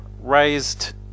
raised